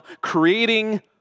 creating